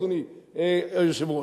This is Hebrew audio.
אדוני היושב-ראש,